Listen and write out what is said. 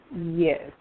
yes